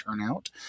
turnout